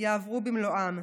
יעברו במלואם,